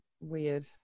weird